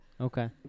Okay